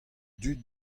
dud